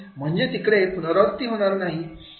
म्हणजे तिकडे पुनरावृत्ती होणार नाही